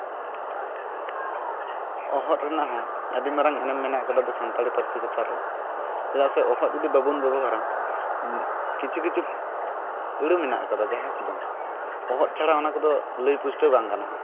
ᱚᱦᱚᱫ ᱨᱮᱱᱟᱜ ᱦᱚᱸ ᱟᱹᱰᱤ ᱢᱟᱨᱟᱝ ᱮᱱᱮᱢ ᱢᱮᱱᱟᱜ ᱠᱟᱫᱟ ᱟᱵᱚ ᱥᱟᱱᱛᱟᱲᱤ ᱯᱟᱹᱨᱥᱤ ᱪᱮᱛᱟᱱ ᱨᱮ ᱪᱮᱫᱟᱜ ᱥᱮ ᱚᱦᱚᱫ ᱡᱩᱫᱤ ᱵᱟᱵᱚᱱ ᱵᱮᱵᱚᱦᱟᱨᱟ ᱠᱤᱪᱷᱩ ᱠᱤᱪᱷᱩ ᱟᱹᱲᱟᱹ ᱢᱮᱱᱟᱜ ᱠᱟᱫᱟ ᱡᱟᱦᱟᱸ ᱠᱚᱫᱚ ᱚᱦᱚᱫ ᱪᱷᱟᱲᱟ ᱚᱱᱟ ᱠᱚᱫᱚ ᱞᱟᱹᱭ ᱯᱩᱥᱞᱴᱟᱹᱣ ᱵᱟᱝ ᱜᱟᱱᱚᱜᱼᱟ